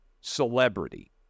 celebrity